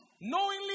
Knowingly